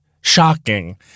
shocking